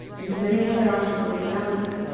and many other articles of value.